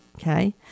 Okay